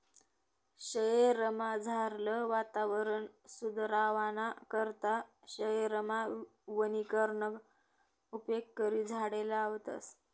शयेरमझारलं वातावरण सुदरावाना करता शयेरमा वनीकरणना उपेग करी झाडें लावतस